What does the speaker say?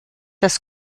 das